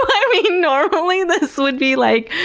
i mean normally this would be like,